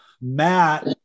matt